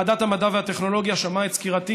ועדת המדע והטכנולוגיה שמעה את סקירתי,